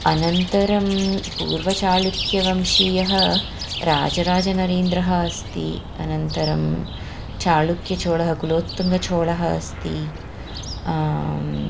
अनन्तरं पूर्वचाळुक्यवंशीयः राजराजनरेन्द्रः अस्ति अनन्तरं चाळुक्यचोळः कुलोत्तङ्गचोळः अस्ति